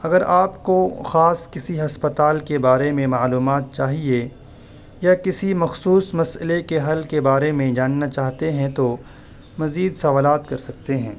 اگر آپ کو خاص کسی ہسپتال کے بارے میں معلومات چاہیے یا کسی مخصوص مسئلے کے حل کے بارے میں جاننا چاہتے ہیں تو مزید سوالات کر سکتے ہیں